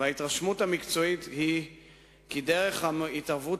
וההתרשמות המקצועית היא כי דרך ההתערבות